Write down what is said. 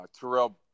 Terrell